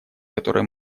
которые